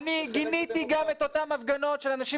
אני גיניתי גם את אותן הפגנות של האנשים